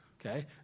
Okay